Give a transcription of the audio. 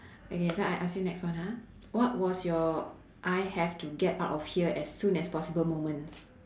okay so I ask you next one ha what was your I have to get out of here as soon as possible moment